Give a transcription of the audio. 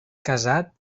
casat